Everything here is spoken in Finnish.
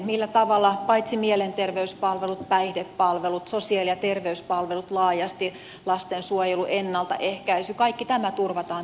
millä tavalla paitsi mielenterveyspalvelut päihdepalvelut sosiaali ja terveyspalvelut laajasti lastensuojelu ennaltaehkäisy kaikki tämä turvataan tulevaisuudessa